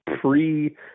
pre